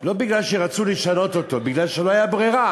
לא מפני שרצו לשנות אותו, מפני שלא הייתה ברירה,